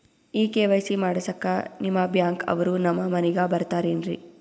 ಈ ಕೆ.ವೈ.ಸಿ ಮಾಡಸಕ್ಕ ನಿಮ ಬ್ಯಾಂಕ ಅವ್ರು ನಮ್ ಮನಿಗ ಬರತಾರೆನ್ರಿ?